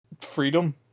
freedom